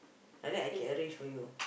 like that I can arrange for you